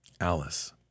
Alice